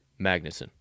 Magnuson